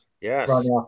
Yes